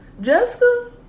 jessica